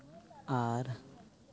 ᱟᱨ